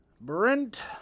Brent